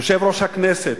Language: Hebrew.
יושב-ראש הכנסת,